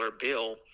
bill